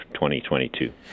2022